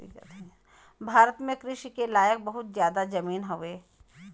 भारत में कृषि के लायक बहुत जादा जमीन हउवे